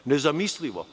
Nezamislivo.